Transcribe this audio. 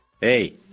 hey